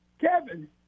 Kevin